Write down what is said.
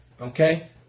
Okay